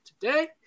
today